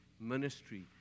ministry